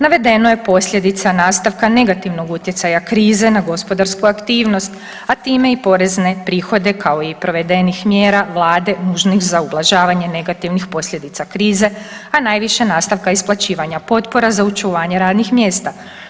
Navedeno je posljedica nastavka negativnog utjecaja krize na gospodarsku aktivnost, a time i porezne prihode, kao i provedenih mjera Vlade nužnih za ublažavanje negativnih posljedica krize, a najviše nastavka isplaćivanja potpora za očuvanje radnih mjesta.